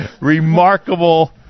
remarkable